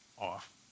off